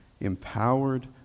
empowered